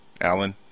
Alan